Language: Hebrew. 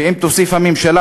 ואם תוסיף הממשלה,